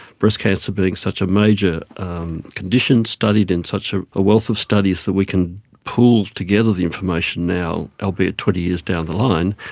breast cancer being such a major condition, studied in such ah a wealth of studies that we can pool together the information now, albeit twenty years down the line,